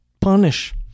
punish